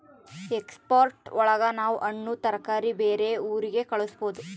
export ಒಳಗ ನಾವ್ ಹಣ್ಣು ತರಕಾರಿ ಬೇರೆ ಊರಿಗೆ ಕಳಸ್ಬೋದು